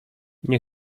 nie